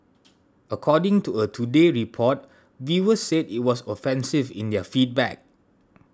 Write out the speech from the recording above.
according to a Today Report viewers said it was offensive in their feedback